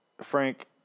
Frank